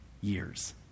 years